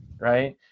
right